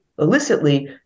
illicitly